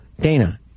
Dana